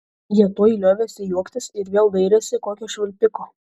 jie tuoj liovėsi juoktis ir vėl dairėsi kokio švilpiko